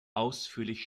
ausführlich